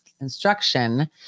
instruction